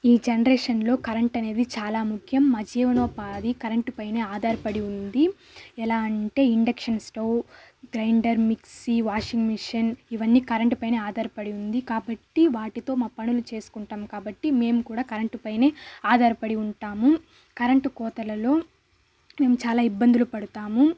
ఈ జనరేషన్లో కరెంట్ అనేవి చాలా ముఖ్యం మా జీవనోపాధి కరెంట్పైన ఆధారపడి ఉంది ఎలా అంటే induction stove grinder mixie washing machine ఇవన్నీ కరెంట్పైన ఆధార పడి ఉంది కాబట్టి వాటితో మా పనులు చేసుకుంటాం కాబట్టి మేము కూడా కరెంట్పైనే ఆధారపడి ఉంటాము కరెంట్ కోతలలో మేము చాలా ఇబ్బందులు పడతాము